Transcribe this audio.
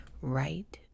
Right